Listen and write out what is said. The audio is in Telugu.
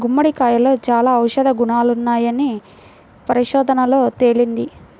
గుమ్మడికాయలో చాలా ఔషధ గుణాలున్నాయని పరిశోధనల్లో తేలింది